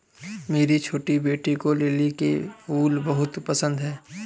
मेरी छोटी बेटी को लिली के फूल बहुत पसंद है